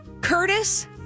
Curtis